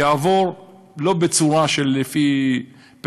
יעבור לא בצורה של פר-קפיטה,